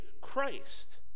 christ